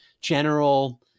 general